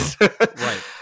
Right